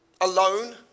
alone